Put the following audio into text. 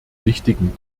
wichtigen